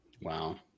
Wow